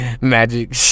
magic